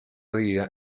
dividida